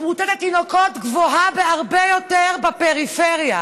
תמותת התינוקות גבוהה הרבה יותר בפריפריה.